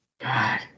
God